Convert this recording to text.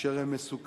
אשר הם מסוכנים,